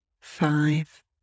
five